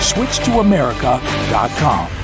SwitchToAmerica.com